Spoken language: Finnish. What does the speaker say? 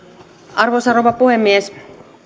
arvoisa rouva puhemies